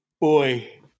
boy